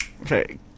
Okay